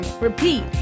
repeat